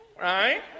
right